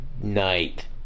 night